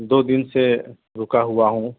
دو دن سے رکا ہوا ہوں